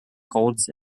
colds